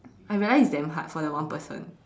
I realize it's damn hard for the one person